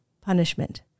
punishment